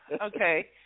Okay